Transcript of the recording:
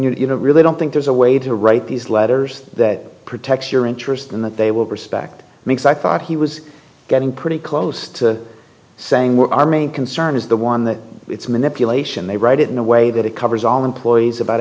mean you know really don't think there's a way to write these letters that protect your interest in that they will respect me so i thought he was getting pretty close to saying we're our main concern is the one that it's manipulation they write it in a way that it covers all employees about